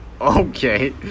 Okay